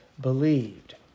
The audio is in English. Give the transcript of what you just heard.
believed